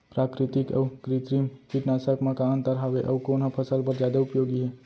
प्राकृतिक अऊ कृत्रिम कीटनाशक मा का अन्तर हावे अऊ कोन ह फसल बर जादा उपयोगी हे?